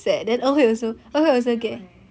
oh shit D is fail leh